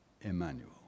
Emmanuel